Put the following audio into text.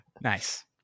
Nice